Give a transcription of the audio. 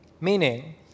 Meaning